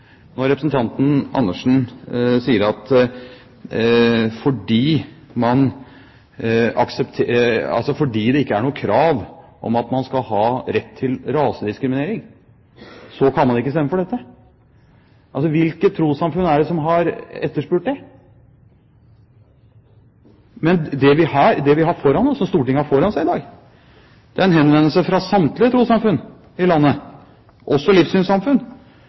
når representanten Andersen sier at fordi det ikke er noe krav om at man skal ha rett til rasediskriminering, kan man ikke stemme for dette. Hvilke trossamfunn er det som har etterspurt det? Det vi har foran oss, det Stortinget har foran seg i dag, er en henvendelse fra samtlige trossamfunn i landet, også livssynssamfunn,